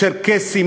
צ'רקסים,